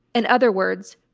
in other words,